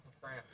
France